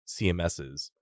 CMSs